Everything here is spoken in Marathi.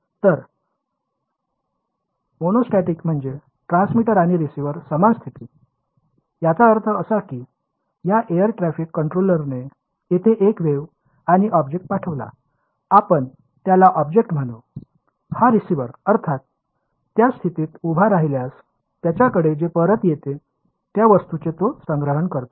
तर मोनोस्टॅटिक म्हणजे ट्रान्समीटर आणि रिसिव्हर समान स्थिती याचा अर्थ असा की या एअर ट्रॅफिक कंट्रोलरने येथे एक वेव्ह आणि ऑब्जेक्ट पाठविला आपण त्याला ऑब्जेक्ट म्हणू हा रिसीव्हर अर्थात त्या स्थितीत उभा राहिल्यास त्याच्याकडे जे परत येते त्याच वस्तूंचे तो संग्रहण करतो